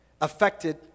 affected